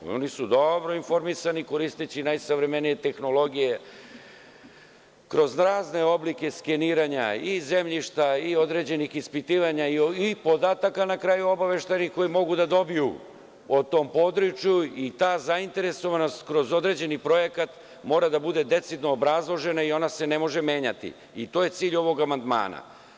Oni su dobro informisani, koristeći najsavremenije tehnologije, kroz razne oblike skeniranja i zemljišta i određenih ispitivanja i podataka obaveštajnih, koje mogu da dobiju o tom području i ta zainteresovanost kroz određeni projekat mora da bude decidno obrazložena i ona se ne može menjati i to je cilj ovog amandmana.